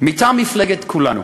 מטעם מפלגת כולנו